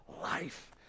life